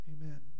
Amen